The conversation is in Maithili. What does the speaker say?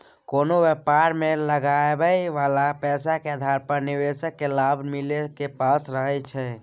कोनो व्यापार मे लगाबइ बला पैसा के आधार पर निवेशक केँ लाभ मिले के आस रहइ छै